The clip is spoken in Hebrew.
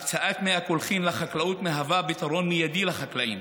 הקצאת מי הקולחים לחקלאות היא פתרון מיידי לחקלאים.